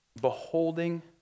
beholding